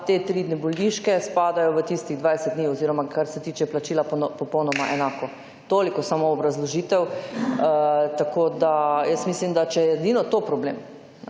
te tri dni bolniške spadajo v tistih 20 dni oziroma kar se tiče plačila popolnoma enako. Toliko samo obrazložitev. Tako, da jaz mislim, da če je edino to problem,